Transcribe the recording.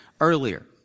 earlier